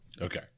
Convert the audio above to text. Okay